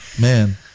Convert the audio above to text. Man